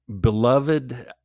Beloved